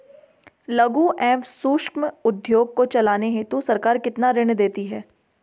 लघु एवं सूक्ष्म उद्योग को चलाने हेतु सरकार कितना ऋण देती है?